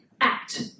act